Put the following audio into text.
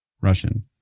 Russian